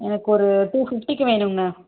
எனக்கு ஒரு டூ ஃபிஃப்ட்டிக்கு வேணுங்க